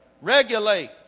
regulate